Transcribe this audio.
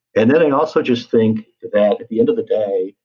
and then i also just think that at the end of the day,